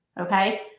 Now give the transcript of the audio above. okay